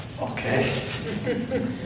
Okay